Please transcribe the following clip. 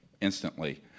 instantly